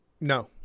no